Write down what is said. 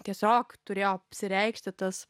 tiesiog turėjo apsireikšti tas